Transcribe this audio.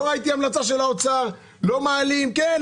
לא ראיתי המלצה של האוצר להעלות משכורות.